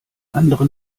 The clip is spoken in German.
anderen